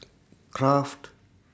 Kraft